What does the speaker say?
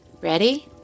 Ready